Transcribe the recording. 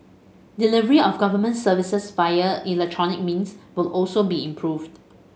delivery of government services via electronic means also be improved